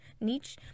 niche